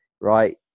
right